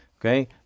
okay